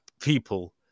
people